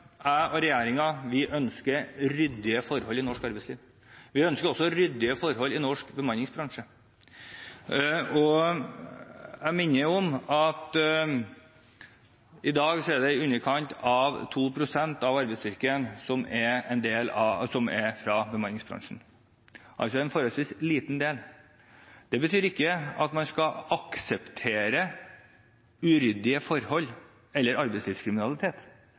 og jeg ønsker ryddige forhold i norsk arbeidsliv. Vi ønsker også ryddige forhold i norsk bemanningsbransje. Jeg minner om at det i dag er i underkant av 2 pst. av arbeidsstyrken som er fra bemanningsbransjen, altså en forholdsvis liten del. Det betyr ikke at man skal akseptere uryddige forhold eller arbeidslivskriminalitet